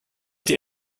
die